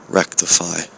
rectify